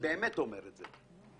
תן דוגמה, שנבין מה זה.